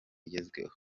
igezweho